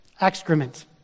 excrement